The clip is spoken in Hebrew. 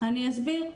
אני אסביר.